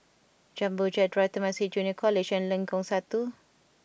Jumbo Jet Drive Temasek Junior College and Lengkong Satu